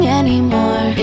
anymore